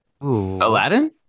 Aladdin